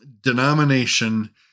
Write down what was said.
denomination